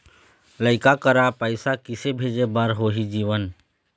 लइका करा पैसा किसे भेजे बार होही जीवन